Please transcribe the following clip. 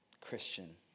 Christian